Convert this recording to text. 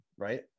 right